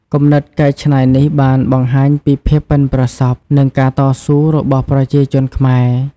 គំនិតកែច្នៃនេះបានបង្ហាញពីភាពប៉ិនប្រសប់ និងការតស៊ូរបស់ប្រជាជនខ្មែរ។